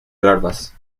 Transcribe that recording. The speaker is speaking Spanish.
larvas